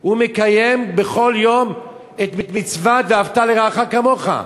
הוא מקיים בכל יום את מצוות "ואהבת לרעך כמוך",